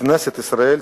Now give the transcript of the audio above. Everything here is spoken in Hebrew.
ככנסת ישראל,